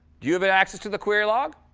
do you have an access to the query log?